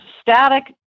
static